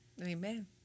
Amen